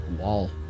wall